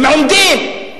הם עומדים.